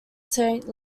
saint